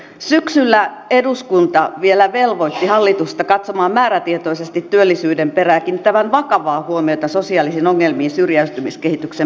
syksyllä eduskunta vielä velvoitti hallitusta katsomaan määrätietoisesti työllisyyden perään ja kiinnittämään vakavaa huomiota sosiaalisiin ongelmiin syrjäytymiskehityksen pysäyttämiseksi